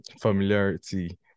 Familiarity